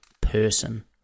person